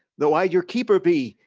though i your keeper be,